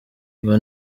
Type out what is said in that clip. ngo